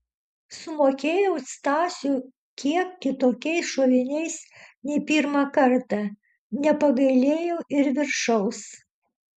sumokėjau stasiui kiek kitokiais šoviniais nei pirmą kartą nepagailėjau ir viršaus